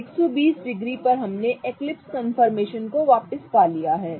120 degree पर हमने eclipse conformation को वापस पा लिया है